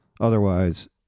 Otherwise